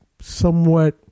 somewhat